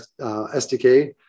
SDK